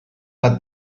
bat